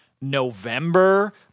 November